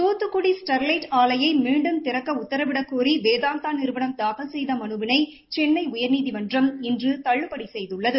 Thoothukudi Sterlite ஆலையை மீன்டும் திறக்க உத்தரவிடக்கோரி வேதாந்தா நிறுவனம் தாக்கல் செய்த மனுவினை சென்னை உயர்நீதிமன்றம் இன்று தள்ளுபடி செய்துள்ளது